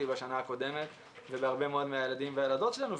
בשנה הקודמת ובהרבה מאוד מהילדים והילדות שלנו,